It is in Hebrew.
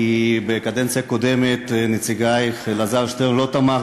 כי בקדנציה הקודמת נציגך אלעזר שטרן לא תמך